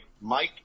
Mike